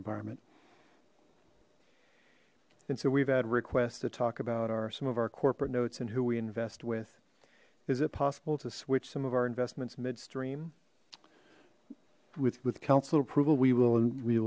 environment and so we've had requests to talk about our some of our corporate notes and who we invest with is it possible to switch some of our invest it's midstream with with council approval we will and we